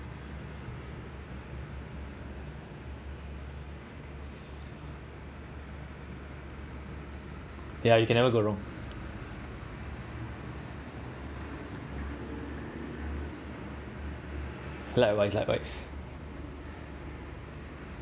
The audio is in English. ya you can never go wrong likewise likewise